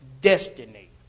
destiny